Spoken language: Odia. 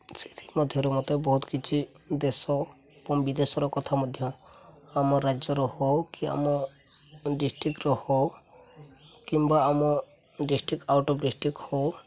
ସେଥିମଧ୍ୟରୁ ମୋତେ ବହୁତ କିଛି ଦେଶ ଏବଂ ବିଦେଶର କଥା ମଧ୍ୟ ଆମ ରାଜ୍ୟର ହେଉ କି ଆମ ଡିଷ୍ଟ୍ରିକ୍ଟ୍ର ହେଉ କିମ୍ବା ଆମ ଡିଷ୍ଟ୍ରିକ୍ଟ ଆଉଟ୍ ଅଫ୍ ଡିଷ୍ଟ୍ରିକ୍ଟ ହେଉ